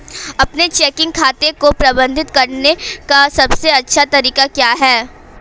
अपने चेकिंग खाते को प्रबंधित करने का सबसे अच्छा तरीका क्या है?